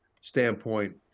standpoint